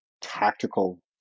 tactical